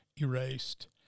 erased